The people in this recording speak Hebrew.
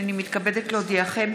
הינני מתכבדת להודיעכם,